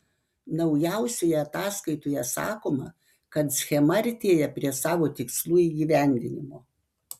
naujausioje ataskaitoje sakoma kad schema artėja prie savo tikslų įgyvendinimo